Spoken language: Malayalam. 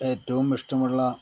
ഏറ്റവും ഇഷ്ടമുള്ള